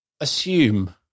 assume